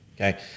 Okay